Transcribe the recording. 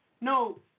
no